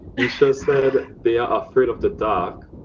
isha said they are afraid of the dark.